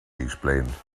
explained